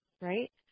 right